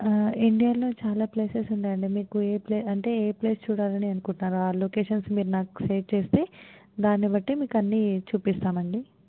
ఇండియాలో చాలా ప్లేసెస్ ఉన్నాయండి మీకు ఏ ప్లేస్ అంటే ఏ ప్లేస్ చూడాలని అనుకుంటున్నారు ఆ లోకేషన్స్ మీరు నాకు షేర్ చేస్తే దాన్నిబట్టి మీకు అన్ని చూపిస్తామండి